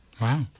Wow